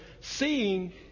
seeing